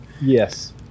yes